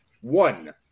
one